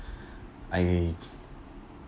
I